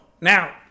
Now